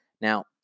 Now